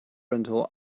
rental